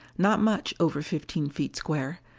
not much over fifteen feet square,